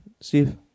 Steve